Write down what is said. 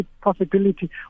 possibility